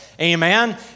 Amen